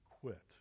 quit